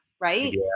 right